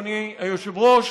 אדוני היושב-ראש,